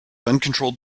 uncontrolled